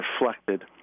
reflected